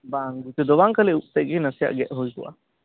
ᱵᱟᱝ ᱜᱩᱪᱩ ᱫᱚ ᱵᱟᱝ ᱠᱷᱟᱹᱞᱤ ᱩᱵ ᱛᱮᱫ ᱜᱮ ᱱᱟᱥᱮᱭᱟᱜ ᱜᱮᱫ ᱦᱩᱭ ᱠᱚᱜᱼᱟ